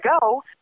go